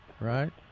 right